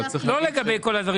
לא לגבי כל הדברים.